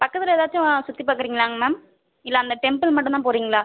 பக்கத்தில் ஏதாச்சும் சுற்றிப் பார்க்கறீங்களாங்க மேம் இல்லை அந்த டெம்பிள் மட்டும் தான் போறீங்களா